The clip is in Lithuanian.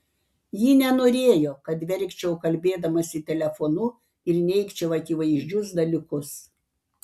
ji nenorėjo kad verkčiau kalbėdamasi telefonu ir neigčiau akivaizdžius dalykus